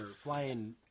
flying